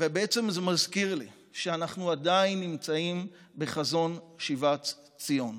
בעצם זה מזכיר לי שאנחנו עדיין נמצאים בחזון שיבת ציון.